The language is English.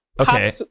okay